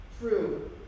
true